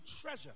treasure